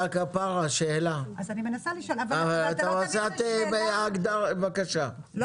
אורלי, בבקשה תשאלי שאלה.